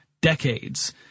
decades